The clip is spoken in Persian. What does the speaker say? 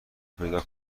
پیدا